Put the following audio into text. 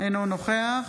אינו נוכח